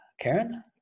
Karen